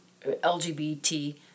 LGBT